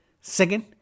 second